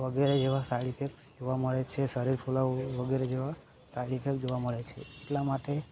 વગેરે જેવા side effect જોવા મળે છે શરીર ફુલવું વગેરે જેવા સાઈડ ઇફેક્ટ જોવા મળે છે એટલા માટે